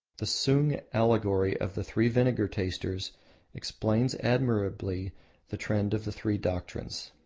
the sung allegory of the three vinegar tasters explains admirably the trend of the three doctrines.